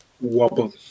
wobble